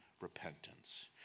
repentance